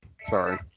Sorry